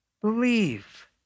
Believe